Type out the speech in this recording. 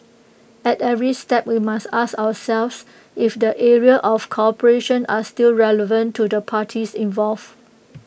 at every step we must ask ourselves if the areas of cooperation are still relevant to the parties involved